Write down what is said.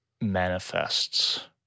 manifests